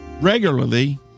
regularly